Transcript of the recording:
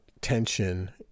tension